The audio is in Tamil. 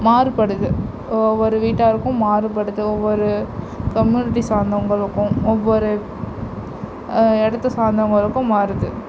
மாறுபடுது ஒவ்வொரு வீட்டாருக்கும் மாறுபடுது ஒவ்வொரு கம்யூனிட்டி சார்தவர்களுக்கும் ஒவ்வொரு இடத்த சார்ந்தவர்களுக்கும் மாறுது